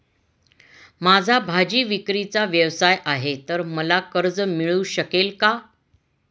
माझा भाजीविक्रीचा व्यवसाय आहे तर मला कर्ज मिळू शकेल का?